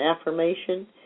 affirmation